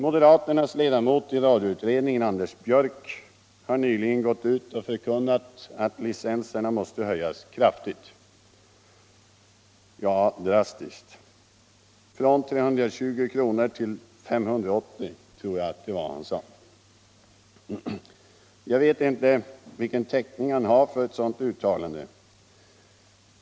Moderaternas ledamot i radioutredningen, Anders Björck, har nyligen gått ut och förkunnat att licenserna måste höjas kraftigt, ja drastiskt. Från 320 kr. till 580 kr. tror jag det var han sade. Jag vet inte vilken täckning han har för ett sådant uttalande.